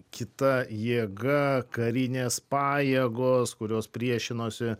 kita jėga karinės pajėgos kurios priešinosi